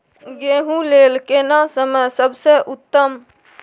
गेहूँ लेल केना समय सबसे उत्तम?